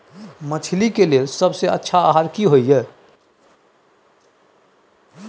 मछली के लेल सबसे अच्छा आहार की होय छै?